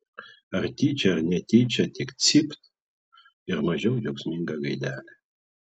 ar tyčia ar netyčia tik cypt ir mažiau džiaugsminga gaidelė